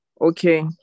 Okay